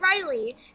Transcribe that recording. Riley